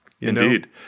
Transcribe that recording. Indeed